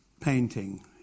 painting